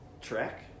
track